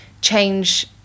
change